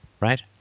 right